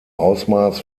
ausmaß